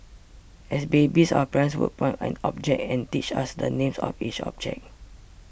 as babies our parents would point at objects and teach us the names of each object